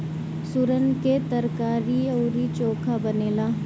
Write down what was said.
सुरन के तरकारी अउरी चोखा बनेला